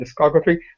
discography